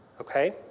Okay